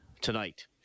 tonight